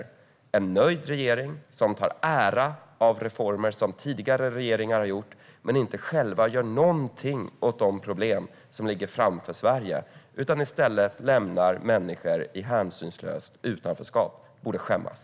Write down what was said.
Det är en nöjd regering som tar ära av reformer som tidigare regeringar har gjort men som inte själv gör någonting åt de problem som ligger framför Sverige. I stället lämnar man människor i ett hänsynslöst utanförskap. Man borde skämmas.